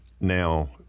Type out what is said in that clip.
now